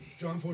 John